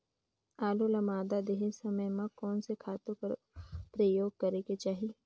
आलू ल मादा देहे समय म कोन से खातु कर प्रयोग करेके चाही?